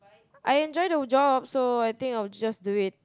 I enjoy the job so I think I will just do it